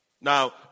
Now